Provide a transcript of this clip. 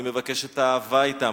אני מבקש את האהבה אתם,